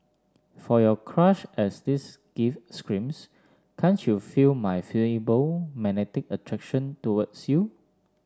for your crush as this gift screams can't you feel my feeble magnetic attraction towards you